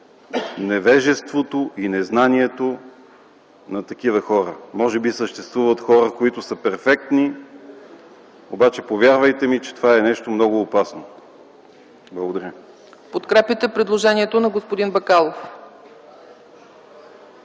невежеството и незнанието на такива хора. Може би съществуват хора, които са перфектни, обаче повярвайте ми, че това е нещо много опасно. Благодаря.